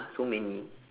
so many